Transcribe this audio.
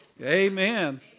Amen